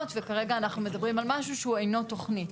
וכרגע אנחנו מדברים על משהו שהוא אינו תכנית.